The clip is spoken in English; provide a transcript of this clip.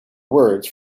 words